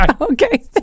Okay